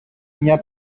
μια